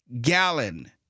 gallon